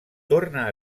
torna